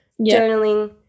journaling